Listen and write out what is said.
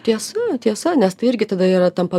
tiesa tiesa nes tai irgi tada yra tampa